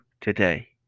today